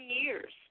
years